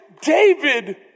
David